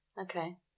okay